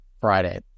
Friday